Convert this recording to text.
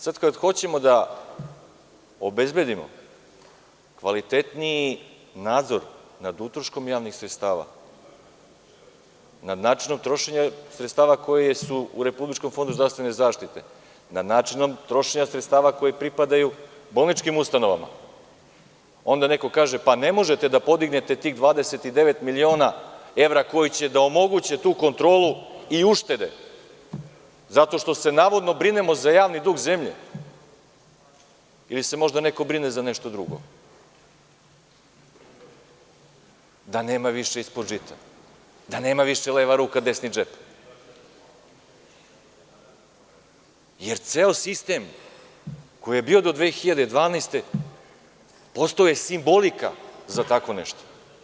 Sada kada hoćemo da obezbedimo kvalitetniji nadzor nad utroškom javnih sredstava, nad načinom trošenja sredstava koja su u Republičkom fondu zdravstvene zaštite, nad načinom trošenja sredstava koja pripadaju bolničkim ustanovama, onda neko kaže – ne možete da podignete tih 29 miliona evra koji će da omoguće tu kontrolu i uštede zato što se navodno brinemo za javni dug zemlje ili se možda neko brine za nešto drugo, da nema više ispod žita, da nema više leva ruka – desni džep, jer ceo sistem koji je bio do 2012. godine postao je simbolika za tako nešto.